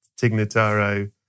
Tignataro